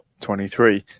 23